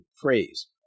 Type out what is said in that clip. phrase